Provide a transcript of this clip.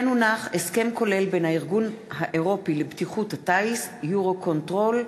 הצעת חוק התגמולים לנפגעי פעולות איבה (תיקון,